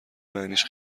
معنیش